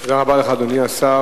תודה רבה לך, אדוני השר.